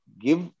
give